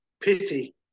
pity